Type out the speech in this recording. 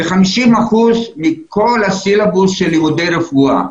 אלה 50 אחוזים מכל הסילבוס של לימודי רפואה.